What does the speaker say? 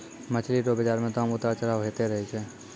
मछली रो बाजार मे दाम उतार चढ़ाव होते रहै छै